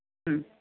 മ്